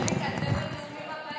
רגע, זה בנאומים הבאים.